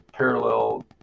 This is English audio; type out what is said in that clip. parallel